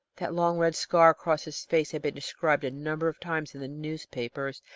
that long red scar across his face had been described a number of times in the newspapers,